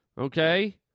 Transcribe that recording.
okay